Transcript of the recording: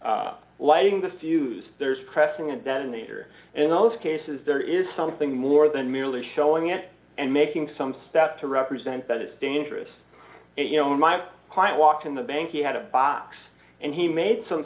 there's lighting the fuse there is pressing a detonator in those cases there is something more than merely showing it and making some steps to represent that is dangerous and you know my client walked in the bank he had a box and he made some